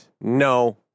No